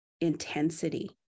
intensity